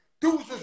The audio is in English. dudes